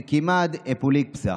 זה כמעט אפוקליפסה.